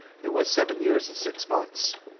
it was seven years and six months.